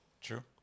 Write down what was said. True